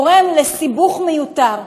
גורם לסיבוך מיותר.